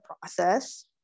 process